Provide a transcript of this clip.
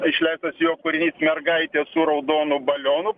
išleistas jo kurinys mergaitė su raudonu balionu